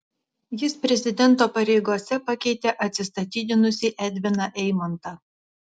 jis prezidento pareigose pakeitė atsistatydinusį edviną eimontą